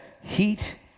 heat